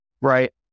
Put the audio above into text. Right